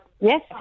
Yes